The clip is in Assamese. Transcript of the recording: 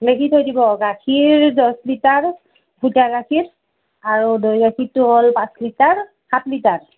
লিখি থৈ দিব গাখীৰ দহ লিটাৰ গাখীৰ আৰু দৈ গাখীৰটো হ'ল পাঁচ লিটাৰ সাত লিটাৰ